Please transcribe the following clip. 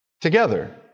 together